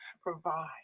provide